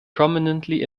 prominently